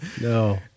No